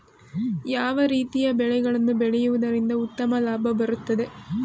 ಯಾವ ರೀತಿಯ ಬೆಳೆಗಳನ್ನು ಬೆಳೆಯುವುದರಿಂದ ಉತ್ತಮ ಲಾಭ ಬರುತ್ತದೆ?